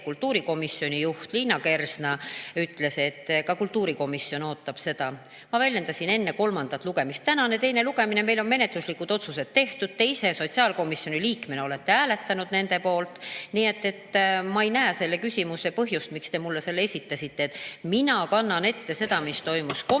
kultuurikomisjoni juht Liina Kersna, et ka kultuurikomisjon ootab seda. Ma väljendasin, et enne kolmandat lugemist. Täna on teine lugemine, meil on menetluslikud otsused tehtud, te ise sotsiaalkomisjoni liikmena olete hääletanud nende poolt. Nii et ma ei näe põhjust, miks te mulle selle küsimuse esitasite. Mina kannan ette seda, mis toimus komisjonis.